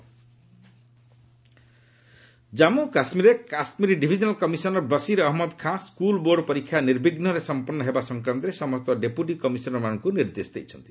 JK board exam Jammu କାଶ୍ମୀରରେ Kashmir divisional commissioner Basir Ahmad Khan school board ପରୀକ୍ଷା ନିର୍ବିଘୁରେ ସମ୍ପନ୍ନ ହେବା ସଂକ୍ରାନ୍ତରେ ସମସ୍ତ ଡେପୁଟି କମିଶନର୍ମାନଙ୍କୁ ନିର୍ଦ୍ଦେଶ ଦେଇଛନ୍ତି